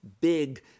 big